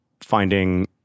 finding